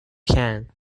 can